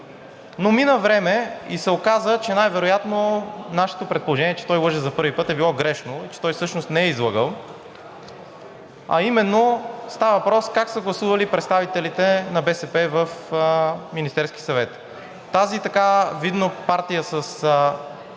Но мина време и се оказа, че най-вероятно нашето предположение, че той лъже за първи път, е било грешно и че той всъщност не е излъгал, а именно става въпрос как са гласували представителите на БСП в Министерския съвет. Тази така видно партия с